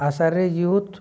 Ashray youth